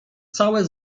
całe